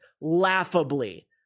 laughably